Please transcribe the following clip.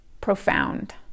profound